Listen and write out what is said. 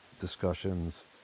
discussions